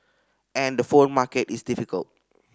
and the phone market is difficult